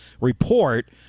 report